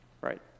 right